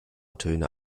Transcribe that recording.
töne